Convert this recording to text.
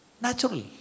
natural